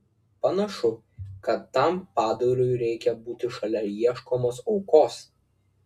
panašu kad tam padarui reikia būti šalia ieškomos aukos